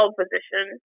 position